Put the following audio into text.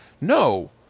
no